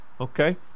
Okay